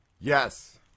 Yes